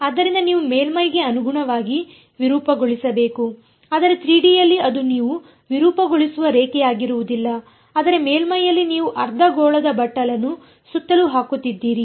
ಆದ್ದರಿಂದ ನೀವು ಮೇಲ್ಮೈಗೆ ಅನುಗುಣವಾಗಿ ವಿರೂಪಗೊಳಿಸಬೇಕು ಆದರೆ 3D ಯಲ್ಲಿ ಅದು ನೀವು ವಿರೂಪಗೊಳಿಸುವ ರೇಖೆಯಾಗಿರುವುದಿಲ್ಲ ಅದರ ಮೇಲ್ಮೈ ಯಲ್ಲಿ ನೀವು ಅರ್ಧಗೋಳದ ಬಟ್ಟಲನ್ನು ಸುತ್ತಲೂ ಹಾಕುತ್ತಿದ್ದೀರಿ